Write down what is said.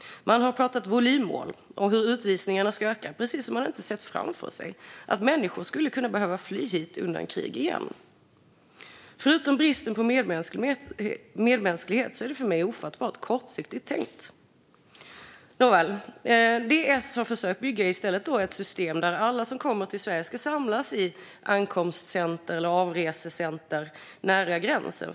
Man har pratat om volymmål och hur utvisningarna ska öka, precis som om man inte har sett framför sig att människor skulle kunna behöva fly hit undan krig igen. Förutom bristen på medmänsklighet är det för mig ofattbart kortsiktigt tänkt. Nåväl - det som S har försökt bygga är i stället ett system där alla som kommer till Sverige ska samlas i ankomstcentrum eller avresecentrum nära gränsen.